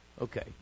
Okay